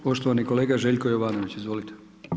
Poštovani kolega Željko Jovanović, izvolite.